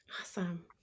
awesome